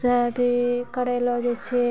से भी करैलो जाइ छै